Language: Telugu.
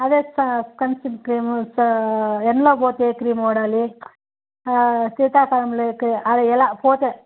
అదే ఎండలోకి పోతే ఏ క్రీమ్ వాడాలి శీతాకాలంలో ఏ క్రీమ్ అదే ఎలా పోతే